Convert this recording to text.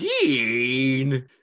Gene